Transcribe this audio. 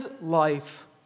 life